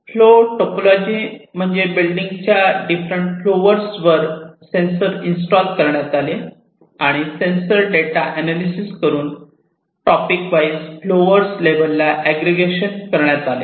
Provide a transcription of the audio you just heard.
flow topology मध्ये बिल्डिंगच्या different floors वर सेंसर इंस्टॉल करण्यात आले आणि सेन्सर डेटा एनालिसिस करून टॉपिक वाईस फ्लोवर्स लेव्हलला एग्रीकेशन करण्यात आले